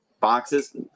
boxes